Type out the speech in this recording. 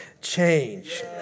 change